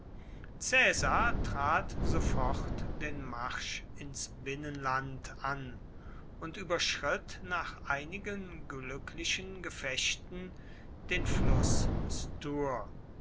trat sofort den marsch ins binnenland an und überschritt nach einigen glücklichen gefechten den fluß